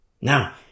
Now